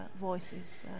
voices